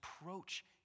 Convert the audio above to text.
approach